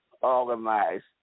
organized